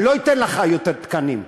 אני לא אתן לך יותר תקנים,